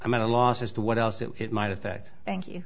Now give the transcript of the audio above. i'm at a loss as to what else it might affect thank you